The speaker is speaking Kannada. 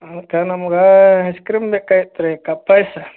ಅದ್ಕೆ ನಮ್ಗೆ ಐಸ್ ಕ್ರೀಮ್ ಬೇಕಾಗಿತ್ತು ರೀ ಕಪ್ ಐಸ್